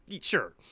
sure